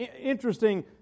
interesting